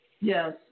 Yes